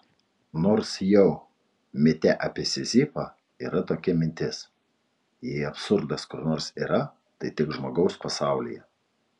nors jau mite apie sizifą yra tokia mintis jei absurdas kur nors yra tai tik žmogaus pasaulyje